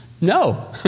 No